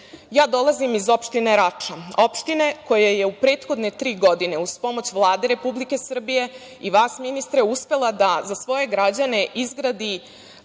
voda. Dolazim iz opštine Rača, opštine koja je u prethodne tri godine uz pomoć Vlade Republike Srbije i vas ministre uspela da za svoje građane izgradi